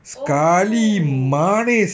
oh